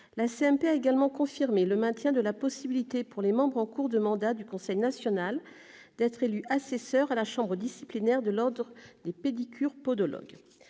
a également confirmé le maintien de la possibilité pour les membres en cours de mandat du conseil national d'être élus assesseurs à la chambre disciplinaire de l'ordre des pédicures-podologues.